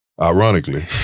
Ironically